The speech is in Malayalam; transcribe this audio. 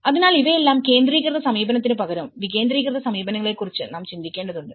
അതിനാൽ ഇവയെല്ലാം കേന്ദ്രീകൃത സമീപനത്തിനുപകരം വികേന്ദ്രീകൃത സമീപനങ്ങളെക്കുറിച്ച് നാം ചിന്തിക്കേണ്ടതുണ്ട്